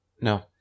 No